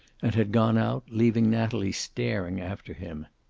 and had gone out, leaving natalie staring after him.